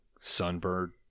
Sunbird